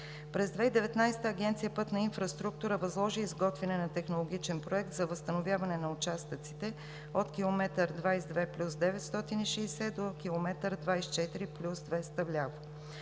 През 2019 г. Агенция „Пътна инфраструктура“ възложи изготвяне на технологичен проект за възстановяване на участъците от километър 22+960 до километър 24+200 вляво.